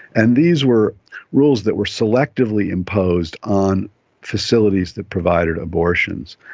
and these were rules that were selectively imposed on facilities that provided abortions.